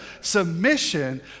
submission